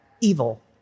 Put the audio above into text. evil